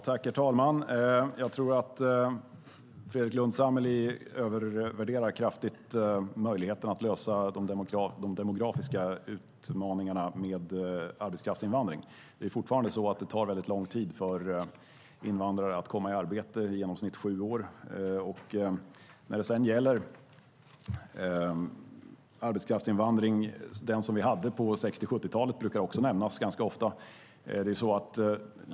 Herr talman! Jag tror att Fredrik Lundh Sammeli kraftigt övervärderar möjligheten att lösa de demografiska utmaningarna med arbetskraftsinvandring. Det är fortfarande så att det tar väldigt lång tid för invandrare att komma i arbete, i genomsnitt sju år. Den arbetskraftsinvandring vi hade på 60 och 70-talet brukar också nämnas ganska ofta.